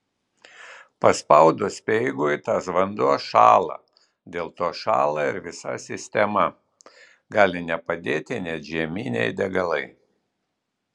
paspaudus speigui tas vanduo šąla dėl to šąla ir visa sistema gali nepadėti net žieminiai degalai